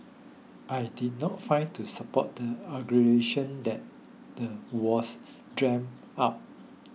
I did not find to support the allegation that the was dreamt up